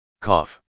cough